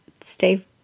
stay